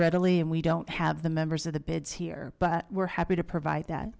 readily and we don't have the members of the bids here but we're happy to provide that